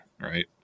right